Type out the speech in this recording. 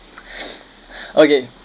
okay